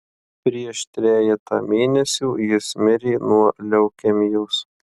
prieš trejetą mėnesių jis mirė nuo leukemijos